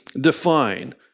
define